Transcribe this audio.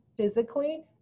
physically